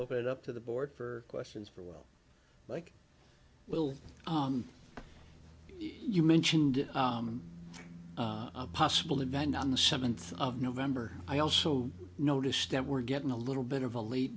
leave it up to the board for questions for well like will you mentioned a possible event on the seventh of november i also noticed that we're getting a little bit of a l